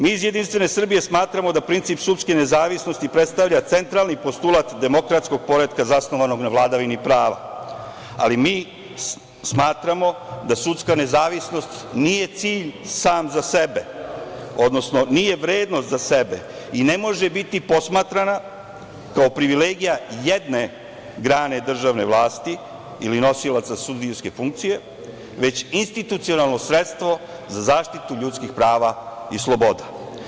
Mi iz Jedinstvene Srbije smatramo da princip sudske nezavisnosti predstavlja centralni postulat demokratskog poretka zasnovanog na vladavini prava, ali mi smatramo da sudska nezavisnost nije cilj sam za sebe, odnosno nije vredno za sebe i ne može biti posmatrana kao privilegija jedne grane državne vlasti ili nosilaca sudijske funkcije, već institucionalno sredstvo za zaštitu ljudskih prava i sloboda.